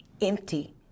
empty